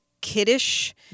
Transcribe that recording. kiddish